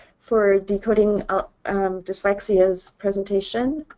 for decoding dyslexia's presentation.